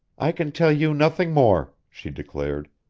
i can tell you nothing more, she declared.